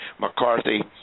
McCarthy